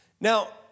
Now